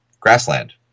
grassland